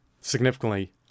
significantly